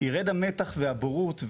יירד המתח והבורות,